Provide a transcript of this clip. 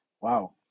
wow